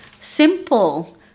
simple